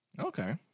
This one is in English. Okay